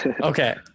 Okay